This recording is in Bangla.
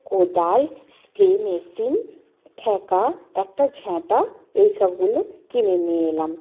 কোদাল স্প্রে মেশিন ঠেকা একটা ঝাঁটা এই সবগুলো কিনে নিয়ে এলাম